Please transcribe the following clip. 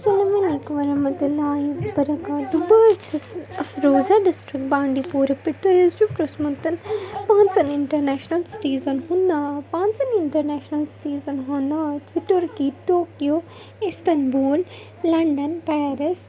السلام علیکُم وَرحمتُہ اللہ وبرکاتہوٗ بہٕ حظ چھَس اَفروزا ڈِسٹِرٛک بانٛڈی پورہ پٮ۪ٹھ تۄہہِ حظ چھُو پرٛژھمُت پانٛژَن اِنٹَرنیشنَل سٕٹیٖزَن ہُنٛد ناو پانٛژَن اِنٹَرنیشنَل سٕٹیٖزَن ہُنٛد ناو چھُ Turkey Tokyo Istanbul London Paris